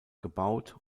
gebaut